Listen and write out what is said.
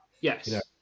yes